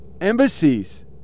embassies